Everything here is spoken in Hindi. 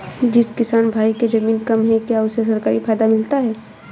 जिस किसान भाई के ज़मीन कम है क्या उसे सरकारी फायदा मिलता है?